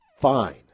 fine